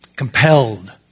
Compelled